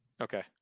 Okay